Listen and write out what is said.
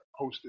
hosted